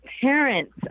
parents